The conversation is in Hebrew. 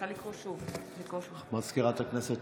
מזכירת הכנסת,